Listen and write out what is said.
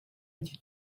did